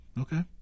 Okay